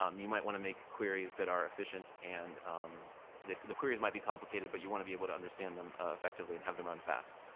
um you might want to make queries that are efficient and the the queries might be complicated but you want to be able to understand them effectively and have them run fast.